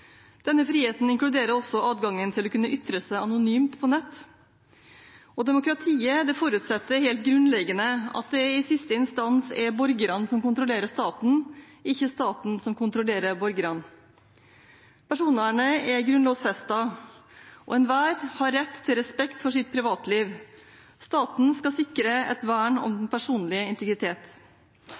Denne friheten inkluderer også adgangen til å kunne ytre seg anonymt på nett. Demokratiet forutsetter helt grunnleggende at det i siste instans er borgerne som kontrollerer staten, ikke staten som kontrollerer borgerne. Personvernet er grunnlovfestet, og enhver har rett til respekt for sitt privatliv. Staten skal sikre et vern om den personlige integritet.